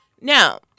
Now